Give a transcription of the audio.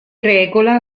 regola